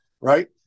Right